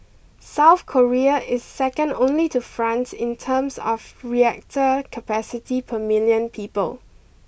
South Korea is second only to France in terms of reactor capacity per million people